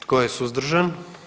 Tko je suzdržan?